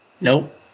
Nope